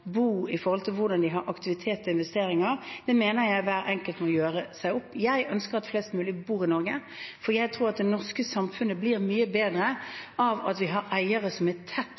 bo i forhold til hvordan de har aktivitet og investeringer, mener jeg hver enkelt må gjøre seg opp en mening om. Jeg ønsker at flest mulig bor i Norge, for jeg tror at det norske samfunnet blir mye bedre av at vi har eiere som er tett